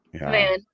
Man